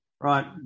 right